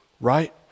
right